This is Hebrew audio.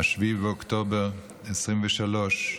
7 באוקטובר 2023,